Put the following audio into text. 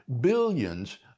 billions